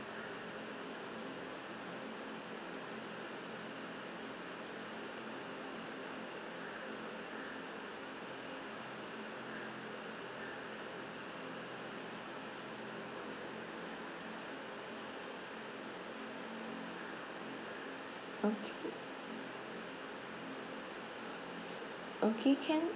okay okay can